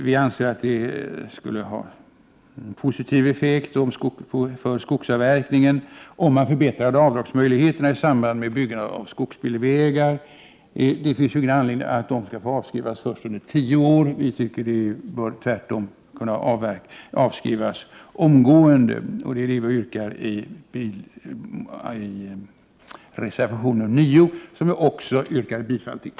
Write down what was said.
Vi anser att en förbättring av avdragsmöjligheterna i samband med byggande av skogsbilvägar skulle ha en positiv effekt på skogsavverkningen. Det finns ingen anledning till att dessa skall behöva avskrivas under tio år. Vi tycker att de bör kunna avskrivas omgående. Det är detta som yrkas i reservation 9, som jag hemställer om bifall till.